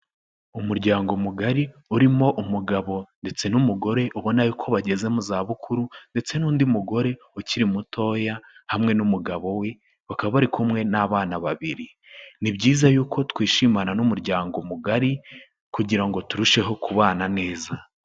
Umuryango mugari urimo umugabo ndetse n'umugore ubona ko bageze mu za bukuru, ndetse n'undi mugore ukiri mutoya hamwe n'umugabo we, bakaba bari kumwe n'abana babiri. Ni byiza yuko twishimana n'umuryango mugari, kugira ngo turusheho kubana neza.